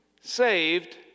Saved